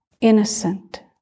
innocent